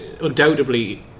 undoubtedly